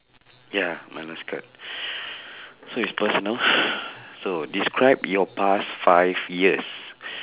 ya my last card this one is personal so describe your past five years